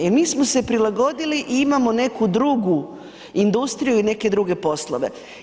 Jel mi smo se prilagodili i imamo neku drugu industriju i neke druge poslove.